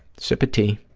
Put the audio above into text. sip of tea.